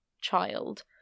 child